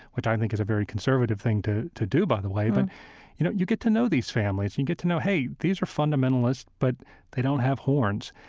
which i think is a very conservative thing to to do, by the way. but you know you get to know these families. you you get to know, hey, these are fundamentalists, but they don't have horns.